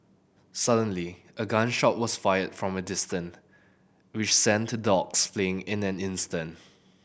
suddenly a gun shot was fired from a distant which sent the dogs fleeing in an instant